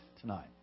tonight